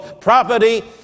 property